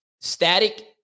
static